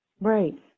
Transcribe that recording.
Right